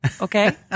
okay